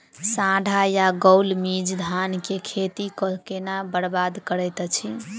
साढ़ा या गौल मीज धान केँ खेती कऽ केना बरबाद करैत अछि?